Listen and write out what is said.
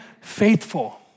faithful